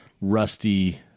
rusty